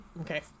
okay